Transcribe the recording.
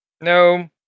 No